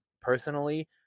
personally